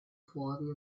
fuori